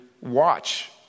watch